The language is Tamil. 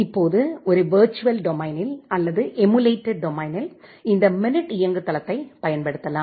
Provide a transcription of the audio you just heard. இப்போது ஒரு விர்ச்சுவல் டொமைனில் அல்லது எமுலேட்டட் டொமைனில் இந்த மினிட் இயங்குதளத்தைப் பயன்படுத்தலாம்